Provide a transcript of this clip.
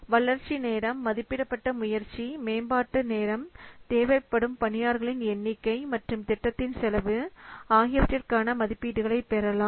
வளர்ச்சி நேரம் மதிப்பிடப்பட்ட முயற்சி மேம்பாட்டு நேரம் தேவைப்படும் பணியாளர்களின் எண்ணிக்கை மற்றும் திட்டத்தின் செலவு ஆகியவற்றிற்கான மதிப்பீடுகளை பெறலாம